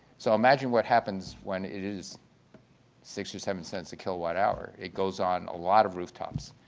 so imagine what happens when it is six or seven cents a kilowatt hour, it goes on a lot of rooftops,